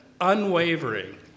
unwavering